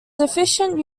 sufficient